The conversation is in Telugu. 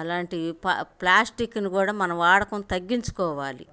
అలాంటి ప ప్లాస్టిక్ని కూడా మనం వాడకం తగ్గించుకోవాలి